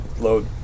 load